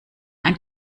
ein